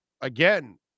again